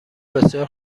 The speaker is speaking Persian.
بسیار